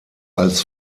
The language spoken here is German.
als